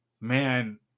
man